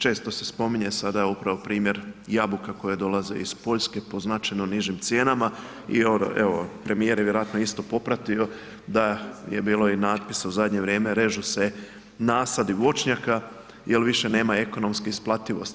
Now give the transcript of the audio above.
Često se spominje sada upravo primjer jabuka koje dolaze iz Poljske po značajno nižim cijenama i evo premijer je vjerojatno isto popratio da je bilo i napisa u zadnje vrijeme režu se nasadi voćnjaka jel više nema ekonomske isplativosti.